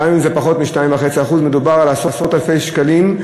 גם אם זה פחות מ-2.5% מדובר על עשרות-אלפי שקלים,